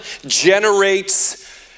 generates